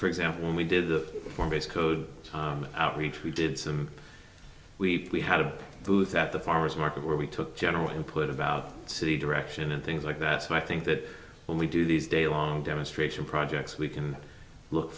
for example when we did that for base code outreach we did some we had a booth at the farmer's market where we took general input about city direction and things like that so i think that when we do these daylong demonstration projects we can look